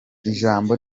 ijambo